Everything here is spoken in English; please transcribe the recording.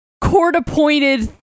court-appointed